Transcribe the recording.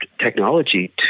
technology